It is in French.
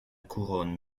couronne